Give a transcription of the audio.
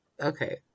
okay